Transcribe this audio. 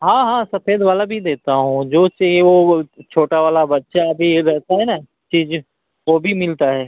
हाँ हाँ सफेद वाला भी देता हूँ जो चाहिए वह छोटा वाला बच्चा भी रहता है ना चीज़ वह भी मिलता है